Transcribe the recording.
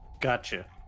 Gotcha